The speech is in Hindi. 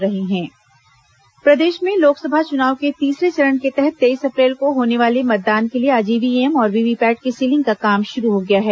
मतदान ईव्हीएम प्रदेश में लोकसभा चुनाव के तीसरे चरण के तहत तेईस अप्रैल को होने वाले मतदान के लिए आज ईव्हीएम और वीवीपैट की सीलिंग का काम शुरू हो गया है